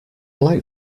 like